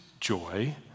joy